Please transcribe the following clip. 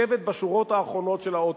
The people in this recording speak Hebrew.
לשבת בשורות האחרונות של האוטובוס?